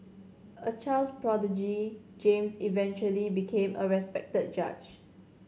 a child's prodigy James eventually became a respected judge